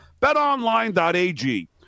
BetOnline.ag